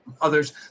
others